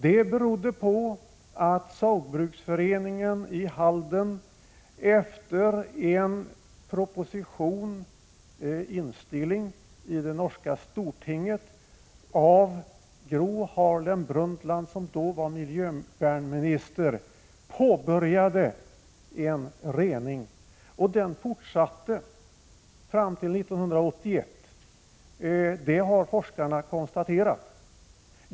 Det berodde på att Saugbrugsforeningen i Halden efter en instilling, dvs. proposition i det norska stortinget av Gro Harlem Brundtland, som då var miljöminister, påbörjade en rening. Den fortsatte fram till 1981. Det har forskarna konstaterat.